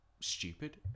stupid